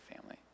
family